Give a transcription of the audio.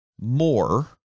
more